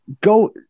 Go